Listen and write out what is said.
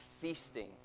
feasting